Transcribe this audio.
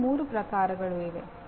ಇಂತಹ ಮೂರು ಪ್ರಕಾರಗಳು ಇವೆ